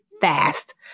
fast